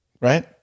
Right